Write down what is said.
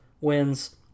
wins